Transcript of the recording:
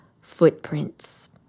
Footprints